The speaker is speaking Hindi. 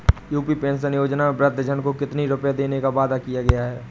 यू.पी पेंशन योजना में वृद्धजन को कितनी रूपये देने का वादा किया गया है?